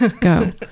go